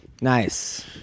Nice